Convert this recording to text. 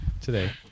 today